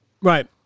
Right